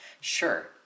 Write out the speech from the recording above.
sure